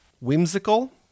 whimsical